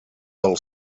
del